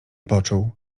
poczuł